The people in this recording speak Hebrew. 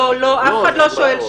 לא, אף אחד לא מפריע.